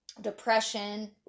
Depression